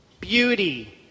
beauty